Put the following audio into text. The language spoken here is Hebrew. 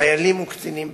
חיילים וקצינים בצה"ל.